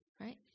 right